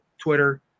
Twitter